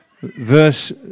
verse